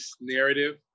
narrative